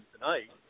tonight